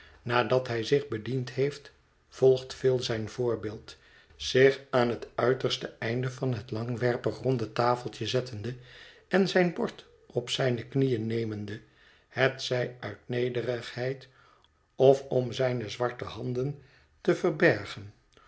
nadat hij zich bediend heeft volgt phil zijn voorbeeld zich aan het uiterste einde van het langwerpig ronde tafeltje zettende en zijn bord op zijne knieën nemende hetzij uit nederigheid ot om zijne zwarte handen te verbergen